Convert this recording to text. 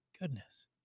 Goodness